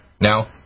Now